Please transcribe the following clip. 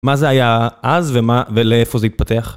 מה זה היה אז ולאיפה זה התפתח?